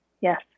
Yes